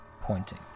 pointing